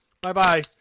bye-bye